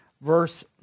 verse